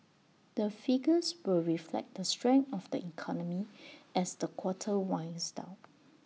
the figures will reflect the strength of the economy as the quarter winds down